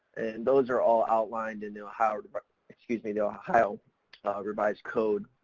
and those are all outlined into how, but excuse me, the ohio revised code.